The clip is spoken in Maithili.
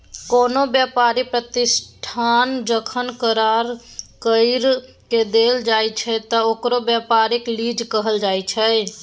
कोनो व्यापारी प्रतिष्ठान जखन करार कइर के देल जाइ छइ त ओकरा व्यापारिक लीज कहल जाइ छइ